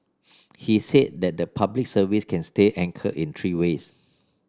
he said that the Public Service can stay anchored in three ways